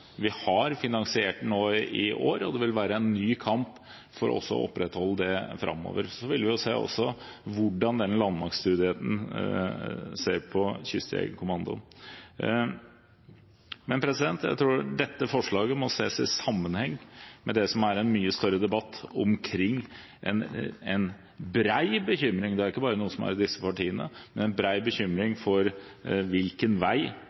har finansiert den i år, og det vil være en ny kamp for også å opprettholde den framover. Så vil vi også se hvordan landmaktstudien ser på Kystjegerkommandoen. Jeg tror dette forslaget må ses i sammenheng med det som er en mye større debatt omkring en bred bekymring. Det er ikke bare noe som er i disse partiene, det er en bred bekymring for hvilken vei